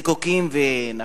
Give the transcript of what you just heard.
זיקוקים ונפצים,